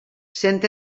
sent